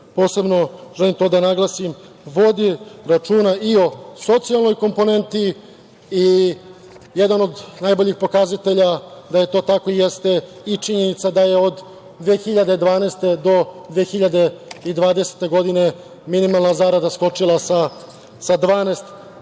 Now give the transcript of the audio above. posebno želim to da naglasim, vodi računa i o socijalnoj komponenti. Jedan od najboljih pokazatelja da je to tako jeste i činjenica da je od 2012. do 2020. godine minimalna zarada skočila sa 12